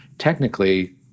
technically